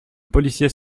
policier